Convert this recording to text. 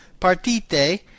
Partite